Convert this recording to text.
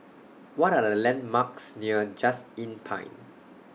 What Are The landmarks near Just Inn Pine